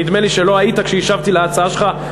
נדמה לי שלא היית כשהשבתי על ההצעה שלך,